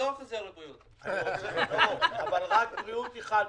מאחל לך רק בריאות.